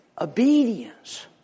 obedience